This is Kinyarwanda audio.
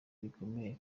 bikomeye